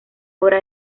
obra